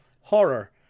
horror